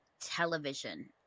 television